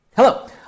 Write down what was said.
Hello